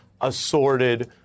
assorted